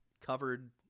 covered